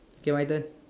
okay my turn